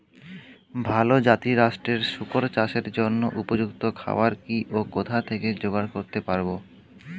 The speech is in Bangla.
ভালো জাতিরাষ্ট্রের শুকর চাষের জন্য উপযুক্ত খাবার কি ও কোথা থেকে জোগাড় করতে পারব?